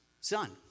son